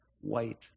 white